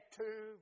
two